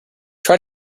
try